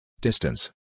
Distance